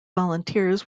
volunteers